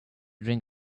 drink